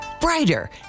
brighter